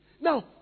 Now